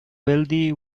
wealthy